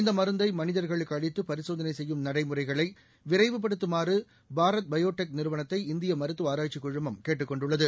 இந்தமருந்தைமளிதர்களுக்குஅளித்து பரிசோதனைசெய்யும் நடைமுறைகளைவிரைவுபடுத்தமாறுபாரத் பயோடெக் நிறுவனத்தை இந்தியமருத்துவஆராய்ச்சிக் குழுமம் கேட்டுக் கொண்டுள்ளது